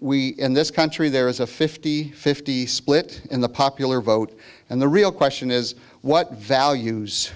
we in this country there is a fifty fifty split in the popular vote and the real question is what values